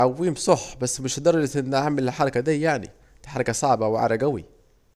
عويم صح بس مش لدرجة اني اعمل الحركة دي يعني دي حاجة صعبة ووعرة جوي